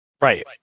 Right